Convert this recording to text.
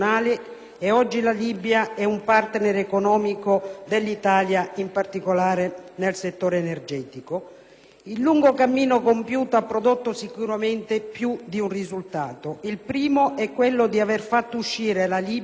e oggi la Libia è un partner economico dell'Italia, in particolare nel settore energetico. II lungo cammino compiuto ha prodotto sicuramente più di un risultato. Il primo è quello di aver fatto uscire la Libia